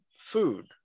food